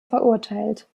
verurteilt